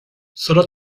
sólo